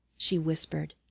she whispered.